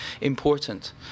important